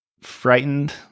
frightened